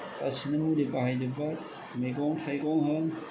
गासैबो मुलि बाहायजोबबाय मैगं थायगं होन